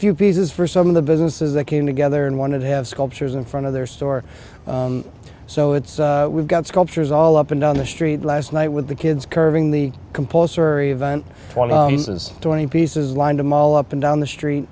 few pieces for some of the businesses that came together and wanted to have sculptures in front of their store so it's we've got sculptures all up and down the street last night with the kids curving the compulsory event as twenty pieces lined a mall up and down the